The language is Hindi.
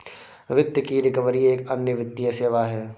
वित्त की रिकवरी एक अन्य वित्तीय सेवा है